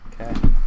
Okay